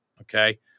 Okay